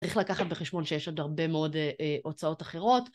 צריך לקחת בחשבון שיש עוד הרבה מאוד הוצאות אחרות.